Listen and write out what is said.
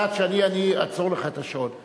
את יודעת שאני, אני אעצור לך את השעון,